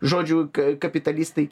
žodžiu ka kapitalistai